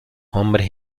hombres